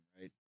right